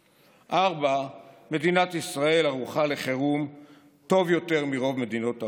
4. מדינת ישראל ערוכה לחירום טוב יותר מרוב מדינות העולם.